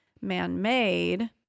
man-made